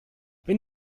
wenn